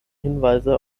hinweise